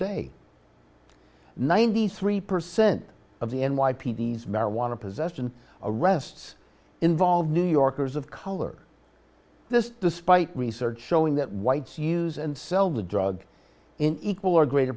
day ninety three percent of the n y p d s marijuana possession arrests involve new yorkers of color this despite research showing that whites use and sell the drug in equal or greater